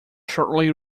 shortly